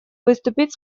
выступить